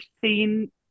seen